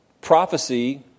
prophecy